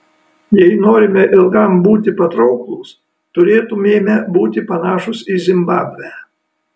jei norime ilgam būti patrauklūs turėtumėme būti panašūs į zimbabvę